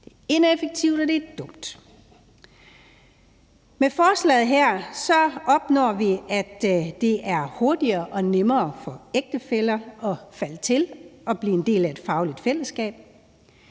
Det er ineffektivt, og det er dumt. Med forslaget her opnår vi, at det er hurtigere og nemmere for ægtefæller at falde til og blive en del af et fagligt fællesskab.